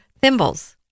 thimbles